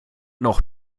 noch